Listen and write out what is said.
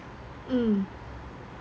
mm